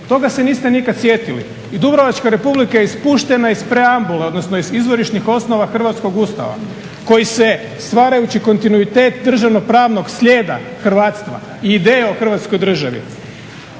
Toga se nikad niste sjetili. I Dubrovačka Republika je ispuštena iz preambule, odnosno iz izvorišnih osnova hrvatskog Ustava koji se stvarajući kontinuitet državno-pravnog slijeda hrvatstva i ideje o Hrvatskoj državi